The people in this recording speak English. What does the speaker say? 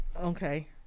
Okay